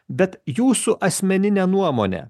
bet jūsų asmenine nuomone